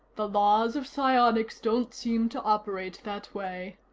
the laws of psionics don't seem to operate that way.